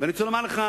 ואני רוצה לומר לך,